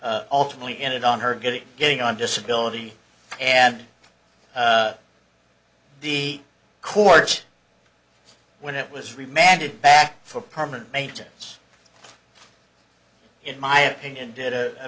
which ultimately ended on her getting getting on disability and the court when it was remanded back for permanent maintenance in my opinion did a